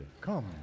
Come